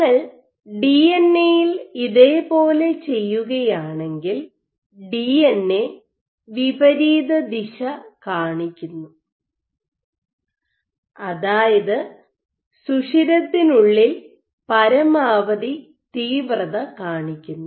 നിങ്ങൾ ഡിഎൻഎയിൽ ഇതേ പോലെ ചെയ്യുകയാണെങ്കിൽ ഡിഎൻഎ വിപരീതദിശ കാണിക്കുന്നു അതായത് സുഷിരത്തിനുള്ളിൽ പരമാവധി തീവ്രത കാണിക്കുന്നു